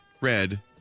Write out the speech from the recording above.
red